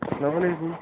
اسلام علیکُم